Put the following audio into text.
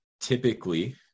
typically